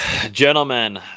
Gentlemen